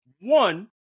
One